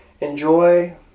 Enjoy